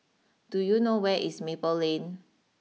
do you know where is Maple Lane